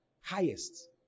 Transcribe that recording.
Highest